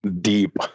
deep